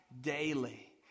daily